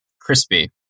crispy